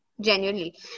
Genuinely